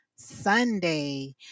Sunday